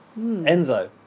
Enzo